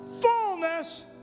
fullness